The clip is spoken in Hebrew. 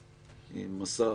נתחיל לקרוא סעיף-סעיף,